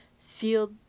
feel